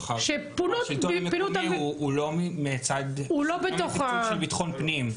השלטון המקומי הוא לא מהצד של ביטחון פנים,